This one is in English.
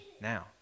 now